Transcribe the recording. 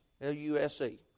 L-U-S-E